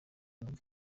numva